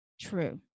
True